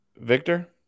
Victor